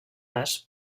les